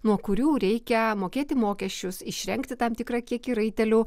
nuo kurių reikia mokėti mokesčius išrengti tam tikrą kiekį raitelių